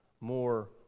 more